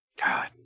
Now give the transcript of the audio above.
God